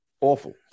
awful